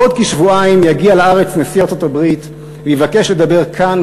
בעוד כשבועיים יגיע לארץ נשיא ארצות-הברית ויבקש לדבר כאן,